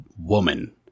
woman